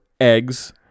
eggs